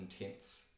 intense